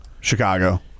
Chicago